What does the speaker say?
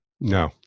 No